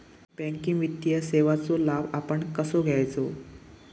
Banking वित्तीय सेवाचो लाभ आपण कसो घेयाचो?